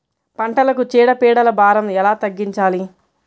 పంటలకు చీడ పీడల భారం ఎలా తగ్గించాలి?